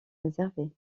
réservées